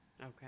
Okay